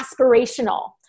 aspirational